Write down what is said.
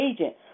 agent